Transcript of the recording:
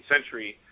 century